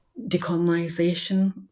decolonization